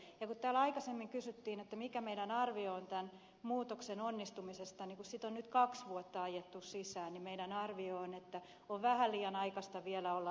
kun täällä aikaisemmin kysyttiin mikä meidän arviomme on tämän muutoksen onnistumisesta niin kun sitä on nyt kaksi vuotta ajettu sisään niin meidän arviomme on että on vähän liian aikaista vielä olla itsetyytyväinen